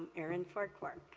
aaron farquhar.